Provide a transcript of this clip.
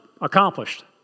accomplished